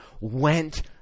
went